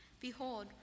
Behold